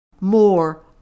more